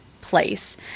place